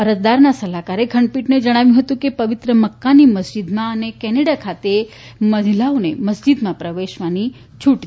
અરજદારના સલાહકારે ખંડપીઠને જણાવ્યું કે પશ્ચિમ મક્કાની મસ્જીદમાં અને કેનેડા ખાતે મહિલાઓને મસ્જીદમાં પ્રવેશની છુટ છે